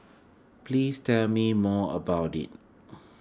please tell me more about it